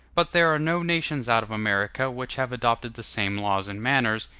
but there are no nations out of america which have adopted the same laws and manners,